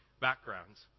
backgrounds